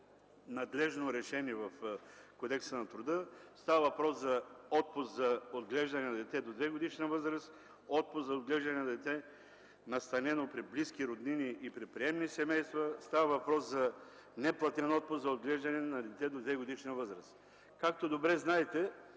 надлежно решени в Кодекса на труда. Става въпрос за отпуск за отглеждане на дете до двегодишна възраст, отпуск за отглеждане на дете настанено при близки, роднини и при приемни семейства, става въпрос за неплатен отпуск за отглеждане на дете до двегодишна възраст. Както добре знаете,